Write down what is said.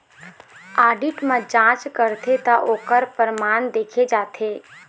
audit म जांच करथे त ओखर परमान देखे जाथे